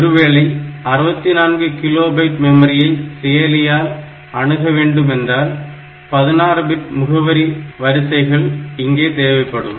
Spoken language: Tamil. ஒருவேளை 64 கிலோ பைட் மெமரியை செயலியால் அணுக வேண்டும் என்றால் 16 பிட் முகவரி வரிசைகள் இங்கே தேவைப்படும்